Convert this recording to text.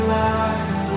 life